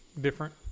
different